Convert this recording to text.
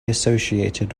associated